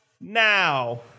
now